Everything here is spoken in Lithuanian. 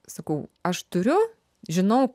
sakau aš turiu žinau